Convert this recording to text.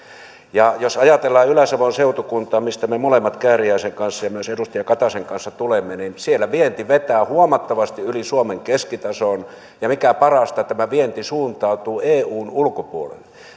jos ajatellaan ylä savon seutukuntaa mistä me kääriäisen kanssa ja myös edustaja kataisen kanssa tulemme niin siellä vienti vetää huomattavasti yli suomen keskitason ja mikä parasta tämä vienti suuntautuu eun ulkopuolelle